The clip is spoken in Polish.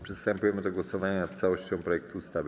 Przystępujemy do głosowania nad całością projektu ustawy.